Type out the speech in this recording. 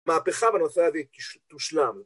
מהפכה בנושא הזה תושלם